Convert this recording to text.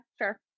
sure